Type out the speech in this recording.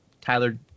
Tyler